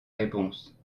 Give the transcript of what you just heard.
réponse